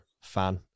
fan